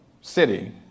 city